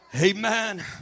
Amen